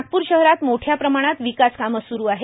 नागपूर शहरात मोठ्या प्रमाणात विकास कामे स्रू आहेत